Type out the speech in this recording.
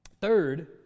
Third